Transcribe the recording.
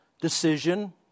decision